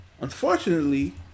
unfortunately